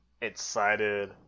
excited